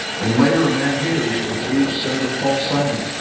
and later, a man he introduced me to, senator paul simon,